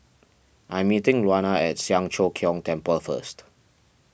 I'm meeting Luana at Siang Cho Keong Temple first